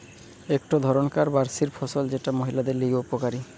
একটো ধরণকার বার্ষিক ফসল যেটা মহিলাদের লিগে উপকারী